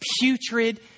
putrid